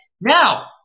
Now